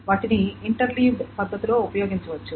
వాటిని ఇంటర్లీవ్డ్ పద్ధతిలో ఉపయోగించవచ్చు